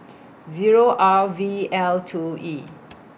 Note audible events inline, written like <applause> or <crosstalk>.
<noise> Zero R V L two E